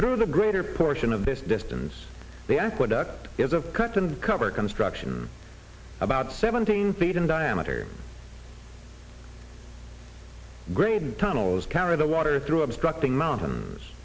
through the greater portion of this distance the aqueduct is a cut and cover construction about seventeen feet in diameter grade tunnels carry the water through obstructing mountains